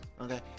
Okay